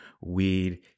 weed